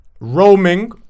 roaming